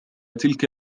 تلك